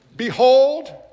Behold